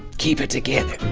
keep it together!